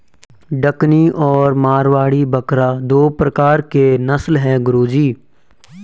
डकनी और मारवाड़ी बकरा दो प्रकार के नस्ल है गुरु जी